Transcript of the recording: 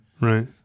Right